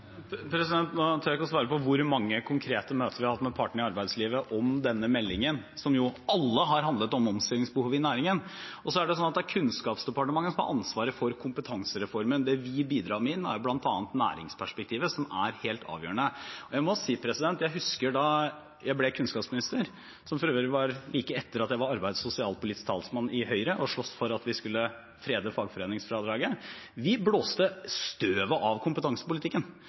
Nå tør jeg ikke å svare på hvor mange konkrete møter vi har hatt med partene i arbeidslivet om denne meldingen, som jo alle har handlet om omstillingsbehovet i næringen. Det er Kunnskapsdepartementet som har ansvaret for kompetansereformen. Det vi bidrar med inn, er bl.a. næringsperspektivet, som er helt avgjørende. Jeg husker da jeg ble kunnskapsminister, som for øvrig var like etter at jeg var arbeids- og sosialpolitisk talsmann i Høyre og sloss for at vi skulle frede fagforeningsfradraget – vi blåste støvet av kompetansepolitikken.